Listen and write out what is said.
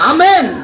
Amen